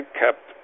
kept